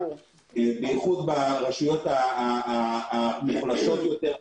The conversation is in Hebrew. בייחוד ברשויות המוחלשות יותר.